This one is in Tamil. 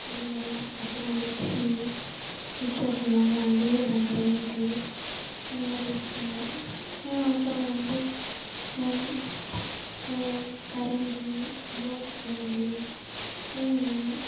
அதேமாதிரிதான் அப்புறம் மிக்ஸி மிக்ஸர் சொல்வாங்கள்லை அது அப்புறம் க்ரைண்ட்ரு இதுமாதிரி யூஸ் பண்ணுவோம் அப்புறம் வந்து அதை கரண்டி தோசைக்கரண்டி ஸ்பூனு